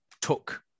took